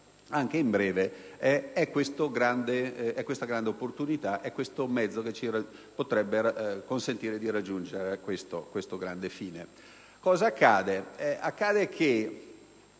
sintetizzare, è questa grande opportunità, un mezzo che ci potrebbe consentire di raggiungere questo grande fine.